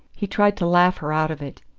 he tried to laugh her out of it.